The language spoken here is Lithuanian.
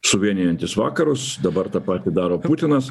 suvienijantis vakarus dabar tą patį daro putinas